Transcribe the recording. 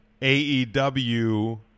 AEW